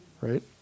Right